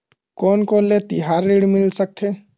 कोन कोन ले तिहार ऋण मिल सकथे?